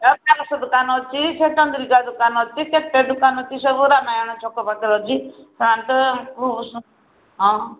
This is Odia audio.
ଆସ ଦୋକାନ ଅଛି ସେଟନ୍ଦୁଲିକା ଦୋକାନ ଅଛି କେତେ ଦୋକାନ ଅଛି ସବୁ ରାମାୟଣ ଛକ ପାଖରେ ଅଛି ସାଣ ତ ହଁ